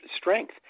strength